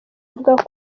avuga